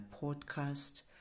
podcast